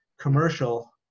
commercial